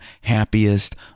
happiest